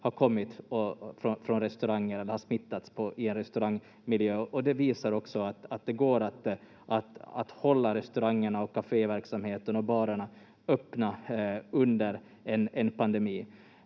Åland kommit från restauranger eller smittats i en restaurangmiljö. Det visar också att det går att hålla restaurangerna och caféverksamheten och barerna öppna under en pandemi.